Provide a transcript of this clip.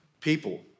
people